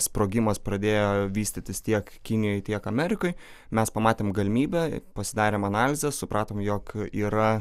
sprogimas pradėjo vystytis tiek kinijoj tiek amerikoj mes pamatėm galimybę pasidarėm analizę supratom jog yra